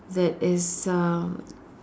that is uh